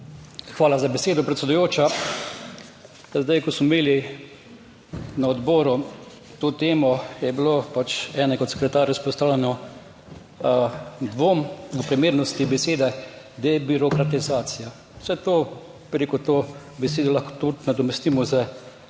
Hvala za besedo, predsedujoča. Zdaj, ko smo imeli na odboru to temo, je bilo pač enega od sekretarjev izpostavljeno. Dvom o primernosti besede debirokratizacija. Vse to, bi rekel, to besedo lahko tudi nadomestimo z deregulacijo